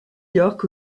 york